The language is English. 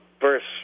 first